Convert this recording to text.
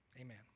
Amen